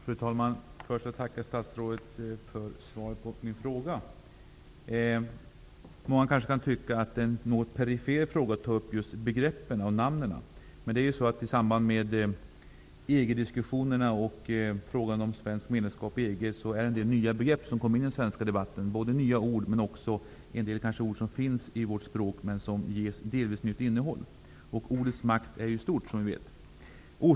Fru talman! Först vill jag tacka statsrådet för svaret på min fråga. Många kanske tycker att det är en något perifer fråga att diskutera namnen. Men i samband med EG-diskussionerna och frågan om svenskt medlemskap i EG kommer en del nya begrepp in i den svenska debatten. Det är fråga om både nya ord men också ord som redan finns i vårt språk och som delvis ges nytt innehåll. Ordets makt är, som vi vet, stor.